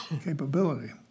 capability